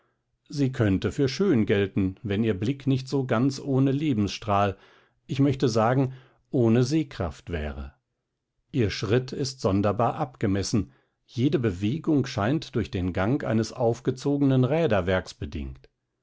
sie könnte für schön gelten wenn ihr blick nicht so ganz ohne lebensstrahl ich möchte sagen ohne sehkraft wäre ihr schritt ist sonderbar abgemessen jede bewegung scheint durch den gang eines aufgezogenen räderwerks bedingt